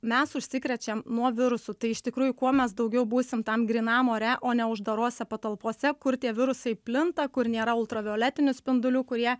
mes užsikrečiam nuo virusų tai iš tikrųjų kuo mes daugiau būsim tam grynam ore o ne uždarose patalpose kur tie virusai plinta kur nėra ultravioletinių spindulių kurie